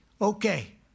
Okay